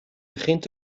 begint